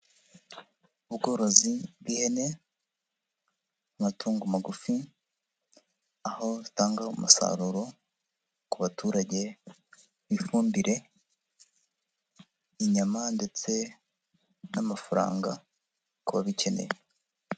Ubworozi bw'ihene, amatungo magufi, aho bitanga umusaruro ku baturage, ifumbire, inyama ndetse n'amafaranga ku babikeneye.